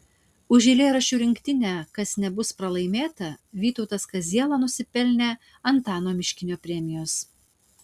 už eilėraščių rinktinę kas nebus pralaimėta vytautas kaziela nusipelnė antano miškinio premijos